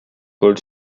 paul